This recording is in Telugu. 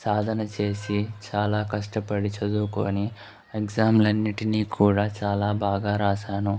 సాధన చేసి చాలా కష్టపడి చదువుకొని ఎగ్జామ్లు అన్నిటిని కూడా చాలా బాగా రాశాను